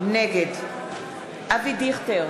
נגד אבי דיכטר,